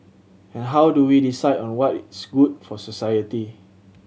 and how do we decide on what is good for society